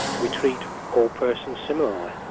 we treat all persons similarly.